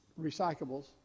recyclables